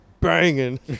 banging